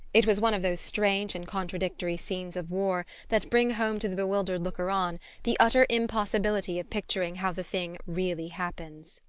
it was one of those strange and contradictory scenes of war that bring home to the bewildered looker-on the utter impossibility of picturing how the thing really happens.